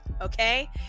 Okay